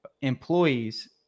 employees